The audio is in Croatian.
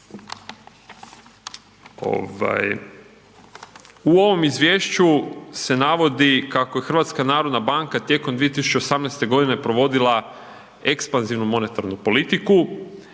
u ovom izvješću se navodi kako je HNB tijekom 2018.g. provodila ekspanzivnu monetarnu politiku